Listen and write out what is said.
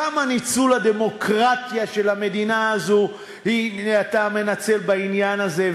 כמה ניצול הדמוקרטיה של המדינה הזו אתה מנצל בעניין הזה.